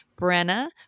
Brenna